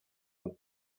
und